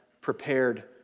prepared